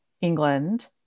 England